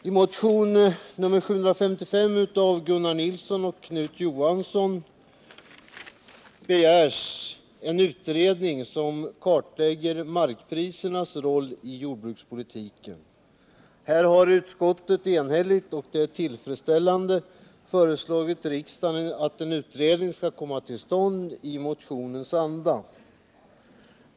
I motionen 755 av Gunnar Nilsson och Knut Johansson begärs en utredning som kartlägger markprisernas roll i jordbrukspolitiken. Här har utskottet enhälligt och tillfredsställande föreslagit riksdagen att en utredning skall komma till stånd i motionens anda.